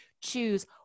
choose